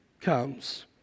comes